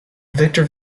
victor